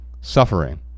Suffering